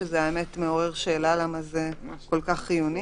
שזה דבר שמעורר שאלה למה הוא כל כך חיוני,